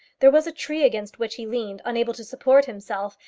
there was a tree against which he leaned, unable to support himself,